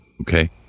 Okay